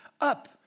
up